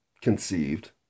conceived